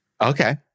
Okay